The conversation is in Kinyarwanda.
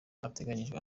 ateganyijwe